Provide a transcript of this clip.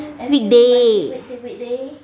weekday